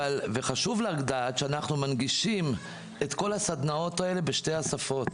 חשוב לדעת שאנחנו מנגישים את כל הסדנאות האלה בשתי השפות